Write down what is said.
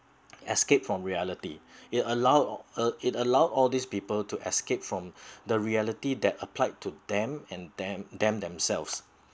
escape from reality it allows uh it allows all these people to escape from the reality that applied to them and them themselves